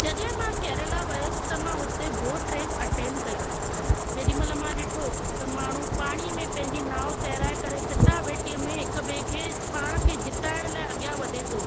जॾहिं मां केरला वियसि त मां हुते बोट रेस अटैंड कई जेॾी महिल मां ॾिठो त माण्हू पाणीअ में पंहिंजी नांव तैराए करे चटा भेटीअ में हिकु ॿिए खे पाण खे जीताइण लाइ अॻियां वधे थो